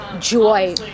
joy